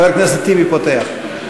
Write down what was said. חבר הכנסת טיבי פותח.